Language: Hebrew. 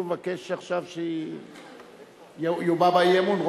שהוא מבקש עכשיו שיובע בה אי-אמון.